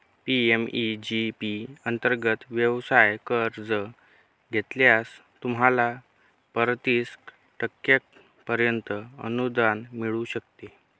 PMEG P अंतर्गत व्यवसाय कर्ज घेतल्यास, तुम्हाला पस्तीस टक्क्यांपर्यंत अनुदान मिळू शकते